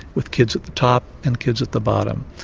with kids at the top and kids at the bottom.